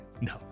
No